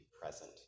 present